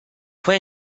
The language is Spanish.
fue